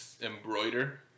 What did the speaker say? embroider